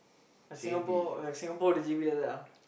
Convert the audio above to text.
like Singapore like Singapore the J_B like that lah